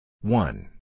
One